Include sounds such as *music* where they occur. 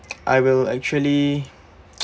*noise* I will actually *noise*